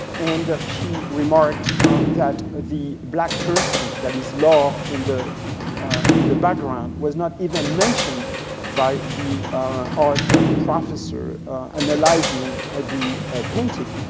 and she remarked that the black person that is laure in the in the background was not even mentioned by the art ah professor analyzing the painting.